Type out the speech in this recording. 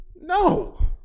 No